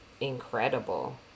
incredible